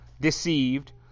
deceived